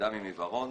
אדם עם עיוורון